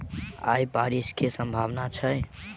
आय बारिश केँ सम्भावना छै?